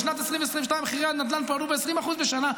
בשנת 2022 מחירי הנדל"ן עלו פה ב-20% בשנה.